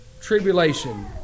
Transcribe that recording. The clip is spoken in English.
tribulation